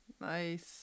nice